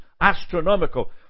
astronomical